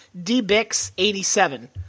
DBix87